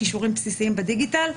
כישורים בסיסיים בדיגיטל.